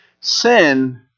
sin